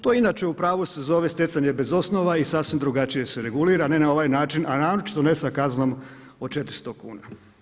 To se inače u pravu zove stjecanje bez osnova i sasvim drugačije se regulira ne na ovaj način, a naročito ne sa kaznom od 400 kuna.